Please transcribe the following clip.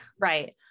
right